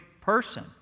person